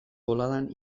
boladan